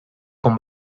con